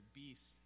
beast